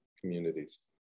communities